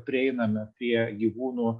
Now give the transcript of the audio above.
prieiname prie gyvūnų